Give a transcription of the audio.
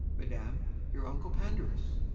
madam, your uncle pandarus.